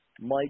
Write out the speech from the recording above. Mike